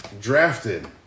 drafted